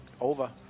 Over